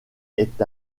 est